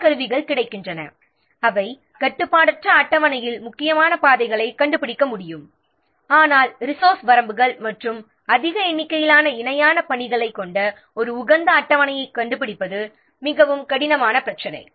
பல கருவிகள் கிடைக்கின்றன அவை கட்டுப்பாடற்ற அட்டவணையில் முக்கியமான பாதைகளைக் கண்டுபிடிக்க உதவும் ஆனால் ரிசோர்ஸ் வரம்புகள் மற்றும் அதிக எண்ணிக்கையிலான இணையான பணிகளைக் கொண்ட ஒரு உகந்த அட்டவணையை கண்டுபிடிப்பது மிகவும் கடினமான பிரச்சினை